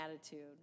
attitude